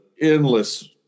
endless